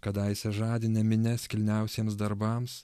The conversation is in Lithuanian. kadaise žadinę minias kilniausiems darbams